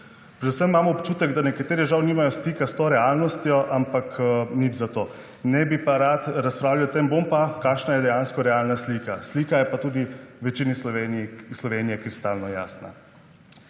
Predvsem imam občutek, da nekateri žal nimajo stika s to realnostjo, ampak nič za to. Ne bi pa rad razpravljal o tem, bom pa, kakšna je dejansko realna slika. Slika je pa tudi večini Slovenije kristalno jasna.